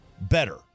better